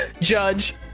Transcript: Judge